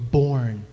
born